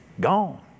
Gone